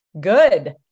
good